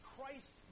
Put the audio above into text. Christ